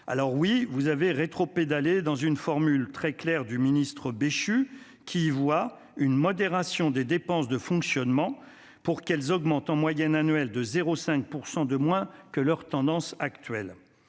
Alors, oui, vous avez rétropédalé dans une formule très claire du ministre Christophe Béchu, qui y voit « une modération des dépenses de fonctionnement, pour qu'elles augmentent en moyenne annuelle de 0,5 % de moins que leur tendance naturelle